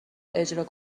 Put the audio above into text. اجرا